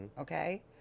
Okay